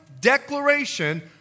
declaration